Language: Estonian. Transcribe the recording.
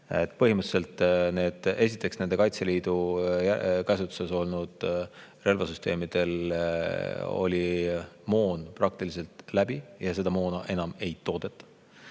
võimekused. Esiteks, nendel Kaitseliidu käsutuses olnud relvasüsteemidel oli moon praktiliselt otsas ja seda moona enam ei toodeta.